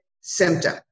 symptom